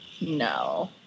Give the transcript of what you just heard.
no